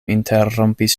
interrompis